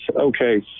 Okay